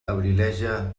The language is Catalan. abrileja